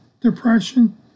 depression